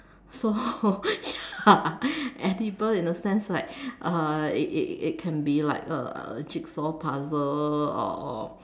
so ya edible in a sense like uh it it it can be like a jigsaw puzzle or or